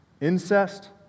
incest